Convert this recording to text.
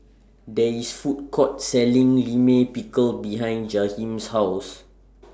There IS Food Court Selling Limit Pickle behind Jahiem's House